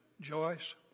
Joyce